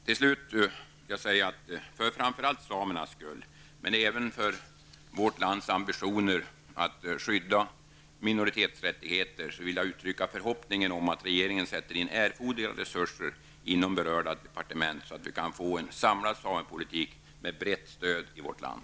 Till slut vill jag säga, framför allt för samernas skull men även för vårt lands ambitioner att skydda minoritetsrättigheter, att jag vill uttrycka förhoppningen om att regeringen sätter in erforderliga resurser inom berörda departement så att vi får en samlad samepolitik med brett stöd i vårt land.